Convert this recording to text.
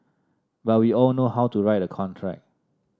but we all know how to write a contract